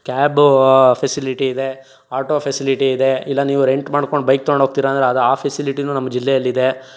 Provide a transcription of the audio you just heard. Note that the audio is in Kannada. ಕ್ಯಾಬ್ ಫೆಸಿಲಿಟಿ ಇದೆ ಆಟೋ ಫೆಸಿಲಿಟಿ ಇದೆ ಇಲ್ಲ ನೀವು ರೆಂಟ್ ಮಾಡ್ಕೊಂಡು ಬೈಕ್ ತಕೊಂಡು ಹೋಗ್ತೀರ ಅಂದರೆ ಆ ಫೆಸಿಲಿಟಿನೂ ನಮ್ಮ ಜಿಲ್ಲೆಯಲ್ಲಿದೆ